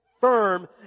firm